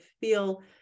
feel